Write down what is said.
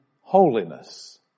holiness